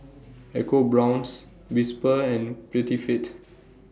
EcoBrown's Whisper and Prettyfit